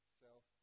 self